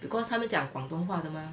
because 他们讲广东话的 mah